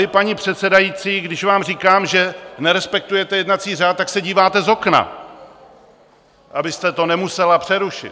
A vy, paní předsedající, když vám říkám, že nerespektujete jednací řád, tak se díváte z okna, abyste to nemusela přerušit.